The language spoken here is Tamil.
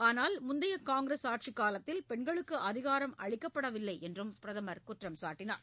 ஆனால் முந்தைய காங்கிரஸ் ஆட்சிக் காலத்தில் பெண்களுக்கு அதிகாரம் அளிக்கப்படவில்லை என்றும் பிரதமர் குற்றம் சாட்டினார்